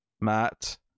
Matt